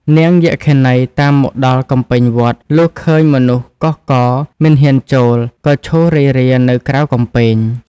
នាងយក្ខិនីតាមមកដល់កំពែងវត្ត លុះឃើញមនុស្សកុះករ មិនហ៊ានចូល ក៏ឈររេរានៅក្រៅកំពែង។